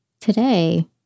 today